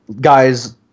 guys